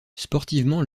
sportivement